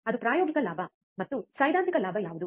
ಅದು ಪ್ರಾಯೋಗಿಕ ಲಾಭ ಮತ್ತು ಸೈದ್ಧಾಂತಿಕ ಲಾಭ ಯಾವುದು